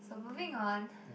so moving on